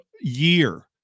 year